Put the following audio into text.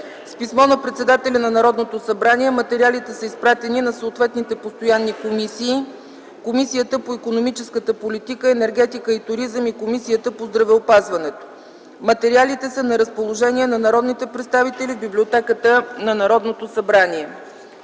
С писмо на председателя на Народното събрание материалите са изпратени на съответните постоянни комисии – Комисията по икономическата политика, енергетика и туризъм и Комисията по здравеопазването. Материалите са на разположение на народните представители в Библиотеката на Народното събрание.